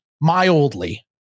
mildly